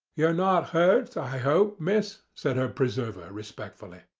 you're not hurt, i hope, miss, said her preserver, respectfully.